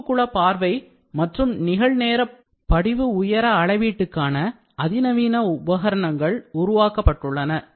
உருகு குள பார்வை மற்றும் நிகழ்நேர படிவு உயர அளவீட்டுக்கான அதிநவீன உபகரணங்கள் உருவாக்கப்பட்டுள்ளன